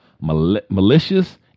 malicious